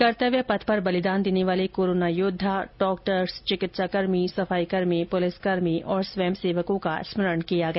कर्तव्य पथ पर बलिदान देने वाले कोरोना योद्वा डॉक्टर्स चिकित्सा कर्मी सफाई कर्मी पुलिस कर्मी और स्वयं सेवकों का स्मरण किया गया